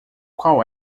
qual